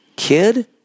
Kid